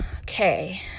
Okay